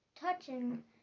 touching